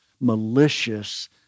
malicious